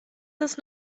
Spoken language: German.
das